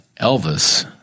Elvis